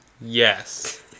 Yes